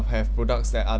have products that are